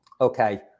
okay